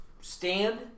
stand